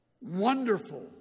wonderful